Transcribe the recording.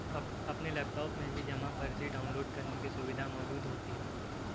अपने लैपटाप में भी जमा पर्ची डाउनलोड करने की सुविधा मौजूद होती है